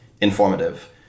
informative